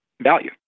value